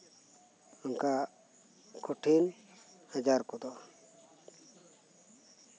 ᱚᱱᱠᱟ ᱠᱚᱴᱷᱤᱱ ᱟᱡᱟᱨ ᱠᱚᱫᱚ